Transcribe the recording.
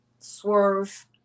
swerve